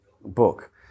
book